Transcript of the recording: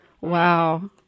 Wow